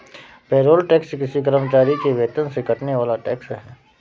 payroll tax किसी कर्मचारी के वेतन से कटने वाला टैक्स है